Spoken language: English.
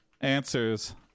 answers